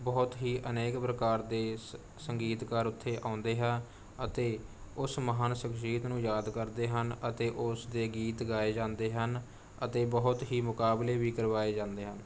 ਬਹੁਤ ਹੀ ਅਨੇਕ ਪ੍ਰਕਾਰ ਦੇ ਸ ਸੰਗੀਤਕਾਰ ਉੱਥੇ ਆਉਂਦੇ ਹੈ ਅਤੇ ਉਸ ਮਹਾਨ ਸ਼ਖਸ਼ੀਅਤ ਨੂੰ ਯਾਦ ਕਰਦੇ ਹਨ ਅਤੇ ਉਸ ਦੇ ਗੀਤ ਗਾਏ ਜਾਂਦੇ ਹਨ ਅਤੇ ਬਹੁਤ ਹੀ ਮੁਕਾਬਲੇ ਵੀ ਕਰਵਾਏ ਜਾਂਦੇ ਹਨ